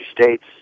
states